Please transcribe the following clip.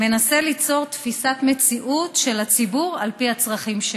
מנסה ליצור תפיסת מציאות של הציבור על פי הצרכים שלו.